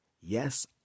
yes